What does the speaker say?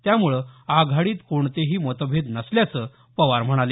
त्यामुळे आघाडीत कोणतेही मतभेद नसल्याचं ते म्हणाले